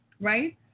Right